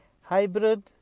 hybrid